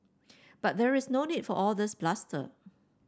but there is no need for all this bluster